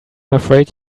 afraid